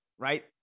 right